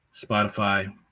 Spotify